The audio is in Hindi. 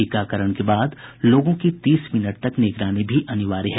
टीकाकरण के बाद लोगों की तीस मिनट तक निगरानी भी अनिवार्य है